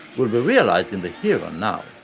will be realized in the here and now.